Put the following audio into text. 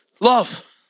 Love